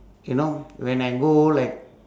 you know when I go like